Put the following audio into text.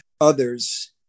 others